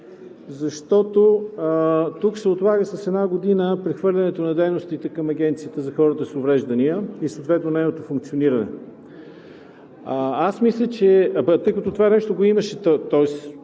защото тук се отлага с една година прехвърлянето на дейностите към Агенцията за хората с увреждания, съответно нейното функциониране. Това нещо го имаше,